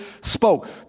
spoke